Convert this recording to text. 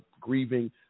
grieving